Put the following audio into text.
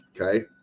okay